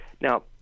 Now